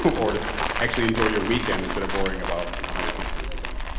or just actually enjoy your weekend instead of worrying about you know how your campaigns are doing.